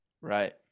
Right